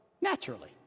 naturally